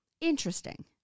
interesting